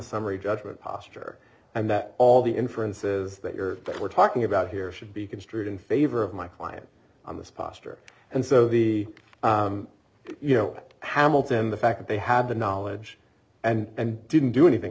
summary judgment posture and that all the inferences that you're that we're talking about here should be construed in favor of my client on this posture and so the you know hamilton the fact that they had the knowledge and didn't do anything